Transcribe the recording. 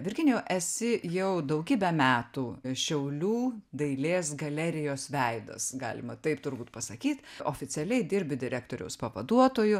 virginijau esi jau daugybę metų šiaulių dailės galerijos veidas galima taip turbūt pasakyt oficialiai dirbi direktoriaus pavaduotoju